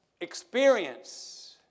experience